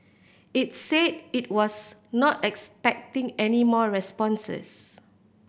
it said it was not expecting any more responses